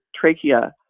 trachea